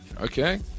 Okay